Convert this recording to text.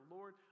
Lord